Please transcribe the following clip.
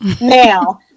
now